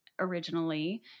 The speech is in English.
originally